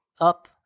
Up